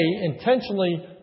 intentionally